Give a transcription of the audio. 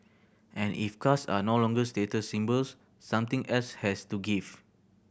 and if cars are no longer status symbols something else has to give